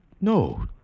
No